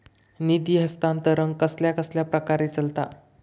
निधी हस्तांतरण कसल्या कसल्या प्रकारे चलता?